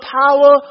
power